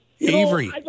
Avery